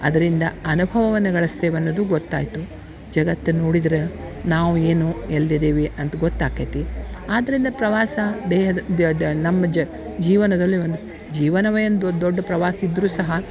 ಅದರಿಂದ ಅನುಭವವನ್ನ ಗಳಸ್ತೀವಿ ಅನ್ನೋದು ಗೊತ್ತಾಯಿತು ಜಗತ್ತು ನೋಡಿದ್ರ ನಾವು ಏನು ಎಲ್ಲಿ ಇದ್ದೀವಿ ಅಂತ ಗೊತ್ತಾಕೈತಿ ಆದ್ದರಿಂದ ಪ್ರವಾಸ ದೇಹದ ದದ ನಮ್ ಜ್ ಜೀವನದಲ್ಲಿ ಒಂದು ಜೀವನವೇ ಒಂದು ದೊಡ್ಡ ಪ್ರವಾಸ್ ಇದ್ದರೂ ಸಹ